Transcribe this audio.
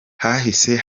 hahise